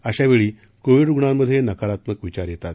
शावेळी covid रुग्णांमध्ये नकारात्मक विचार येतात